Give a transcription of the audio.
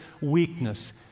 weakness